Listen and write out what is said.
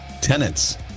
tenants